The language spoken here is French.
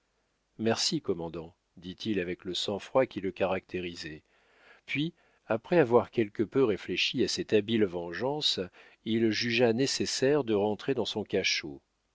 merci commandant dit-il avec le sang-froid qui le caractérisait puis après avoir quelque peu réfléchi à cette habile vengeance il jugea nécessaire de rentrer dans son cachot